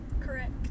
Correct